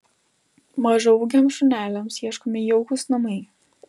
mažaūgiams šuneliams ieškomi jaukūs namai